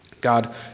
God